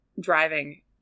driving